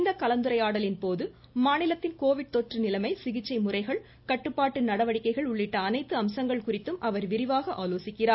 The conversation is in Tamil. இந்த கலந்துரையாடலின்போது மாநிலத்தின் கோவிட் தொற்று நிலைமை சிகிச்சை முறைகள் கட்டுப்பாட்டு நடவடிக்கைகள் உள்ளிட்ட அனைத்து அம்சங்கள் குறித்தும் அவர் விரிவாக ஆலோசிக்கிறார்